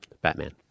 Batman